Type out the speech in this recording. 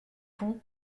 font